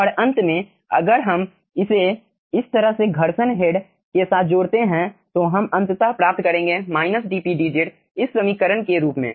और अंत में अगर हम इसे इस तरह से घर्षण हेड के साथ जोड़ते हैं तो हम अंततः प्राप्त करेंगे - dp dz इस समीकरण के रूप में